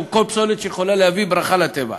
או כל פסולת שיכולה להביא ברכה לטבע,